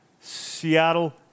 Seattle